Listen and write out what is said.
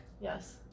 Yes